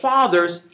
Fathers